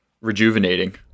rejuvenating